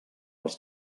els